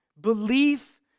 Belief